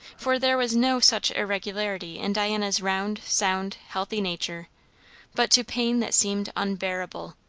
for there was no such irregularity in diana's round, sound, healthy nature but to pain that seemed unbearable.